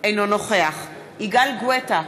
אינו נוכח יגאל גואטה,